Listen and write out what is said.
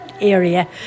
area